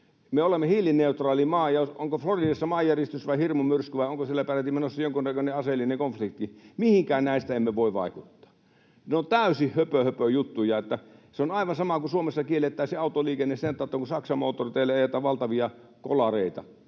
Me olemme hiilineutraali maa, ja on Floridassa sitten maanjäristys tai hirmumyrsky tai on siellä peräti menossa jonkunnäköinen aseellinen konflikti, niin mihinkään näistä emme voi vaikuttaa. Ne ovat täysin höpöhöpöjuttuja. Se on aivan sama kuin Suomessa kiellettäisiin autoliikenne sen tautta, kun Saksan moottoriteillä ajetaan valtavia kolareita.